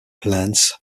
plants